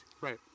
Right